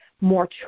more